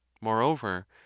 moreover